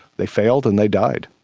they failed and they died.